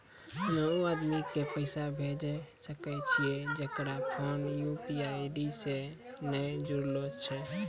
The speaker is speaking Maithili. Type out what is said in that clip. हम्मय उ आदमी के पैसा भेजै सकय छियै जेकरो फोन यु.पी.आई से नैय जूरलो छै?